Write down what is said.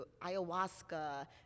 ayahuasca